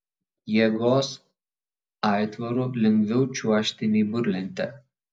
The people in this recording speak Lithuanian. jėgos aitvaru lengviau čiuožti nei burlente